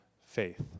faith